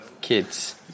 Kids